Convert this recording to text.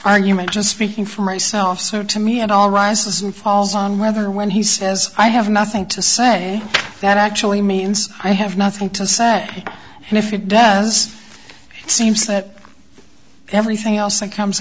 argument just speaking for myself so to me and all rises and falls on whether when he says i have nothing to say that actually means i have nothing to say and if it does seems that everything else that comes